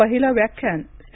पहिलं व्याख्यान सी